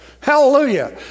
Hallelujah